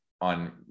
on